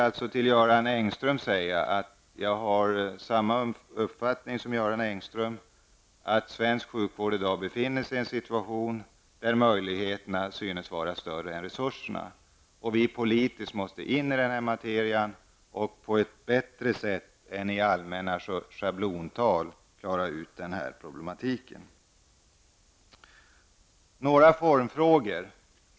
Jag har, liksom Göran Engström, uppfattningen att svensk sjukvård i dag befinner sig i en situation där de medicinska möjligheterna synes vara större än de ekonomiska resurserna. Vi politiker måste gripa oss an denna materia och mer än i allmänt tal reda ut denna problematik. Så några formfrågor!